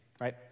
right